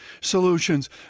solutions